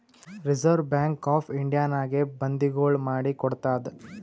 reserve bank of ಇಂಡಿಯಾನಾಗೆ ಬಂದಿಗೊಳ್ ಮಾಡಿ ಕೊಡ್ತಾದ್